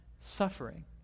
suffering